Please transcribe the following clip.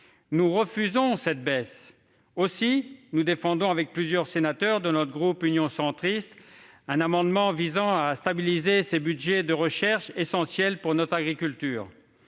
Nous refusons cette baisse. Aussi défendrai-je avec plusieurs sénateurs du groupe Union Centriste un amendement visant à stabiliser ces budgets de recherche essentiels pour notre agriculture.